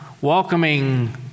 welcoming